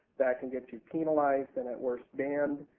that can get you penalized and, at worst, banned.